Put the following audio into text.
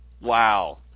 wow